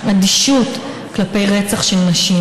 אדישות כלפי רצח של נשים,